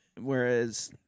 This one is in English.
Whereas